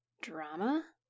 drama